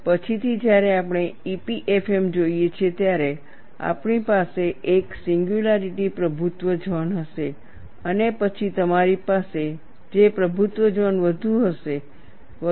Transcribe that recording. પછીથી જ્યારે આપણે EPFM જોઈએ છીએ ત્યારે આપણી પાસે એક સિંગયુલારિટી પ્રભુત્વ ઝોન હશે અને પછી તમારી પાસે J પ્રભુત્વ ઝોન વધુ હશે વગેરે